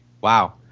Wow